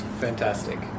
Fantastic